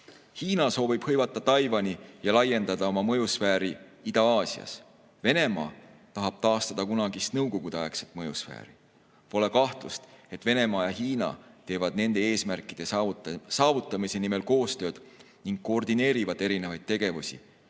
Hiina soovib hõivata Taiwani ja laiendada oma mõjusfääri Ida-Aasias. Venemaa tahab taastada kunagist Nõukogude-aegset mõjusfääri. Pole kahtlust, et Venemaa ja Hiina teevad nende eesmärkide saavutamise nimel koostööd ning koordineerivad erinevaid tegevusi,